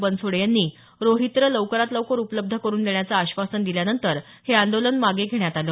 बनसोडे यांनी रोहित्र लवकरात लवकर उपलब्ध करून देण्याचं आश्वासन दिल्यानंतर हे आंदोलन मागे घेण्यात आलं